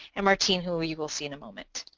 and martin, who you will see in a moment.